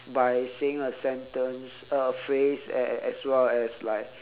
by saying a sentence a phrase as as as well as like